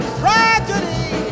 tragedy